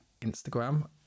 Instagram